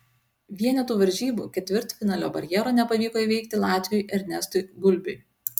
vienetų varžybų ketvirtfinalio barjero nepavyko įveikti latviui ernestui gulbiui